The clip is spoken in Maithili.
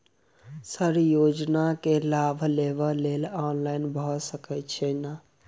सर योजना केँ लाभ लेबऽ लेल ऑनलाइन भऽ सकै छै नै?